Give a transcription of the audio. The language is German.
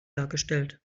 dargestellt